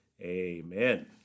Amen